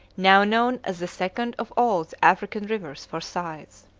now known as the second of all the african rivers for size.